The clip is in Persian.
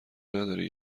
نداری